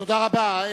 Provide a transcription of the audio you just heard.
תודה רבה.